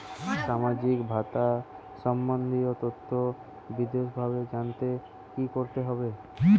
সামাজিক ভাতা সম্বন্ধীয় তথ্য বিষদভাবে জানতে কী করতে হবে?